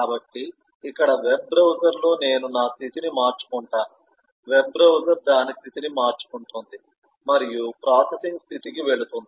కాబట్టి ఇక్కడ వెబ్ బ్రౌజర్లో నేను నా స్థితిని మార్చుకుంటాను వెబ్ బ్రౌజర్ దాని స్థితిని మార్చుకుంటుంది మరియు ప్రాసెసింగ్ స్థితికి వెళుతుంది